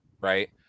right